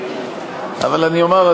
אבל אני אומר,